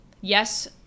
yes